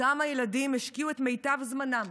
אותם ילדים השקיעו את מיטב זמנם,